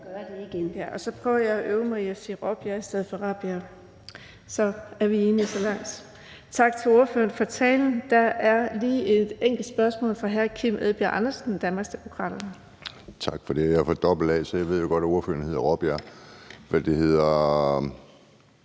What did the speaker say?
Så prøver jeg at øve mig i at sige Raabjerg i stedet for Rabjerg. Så er vi enige så langt. Tak til ordføreren for talen. Der er lige et spørgsmål fra hr. Kim Edberg Andersen, Danmarksdemokraterne. Kl. 17:17 Kim Edberg Andersen (DD): Tak for det. Jeg er fra dobbelt-A , så jeg ved godt, at ordføreren hedder Raabjerg. Jeg studsede